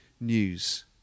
news